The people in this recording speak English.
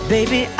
Baby